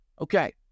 Okay